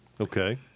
Okay